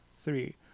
three